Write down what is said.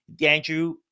Andrew